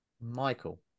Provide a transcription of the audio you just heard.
Michael